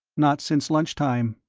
not since lunch-time.